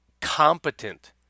competent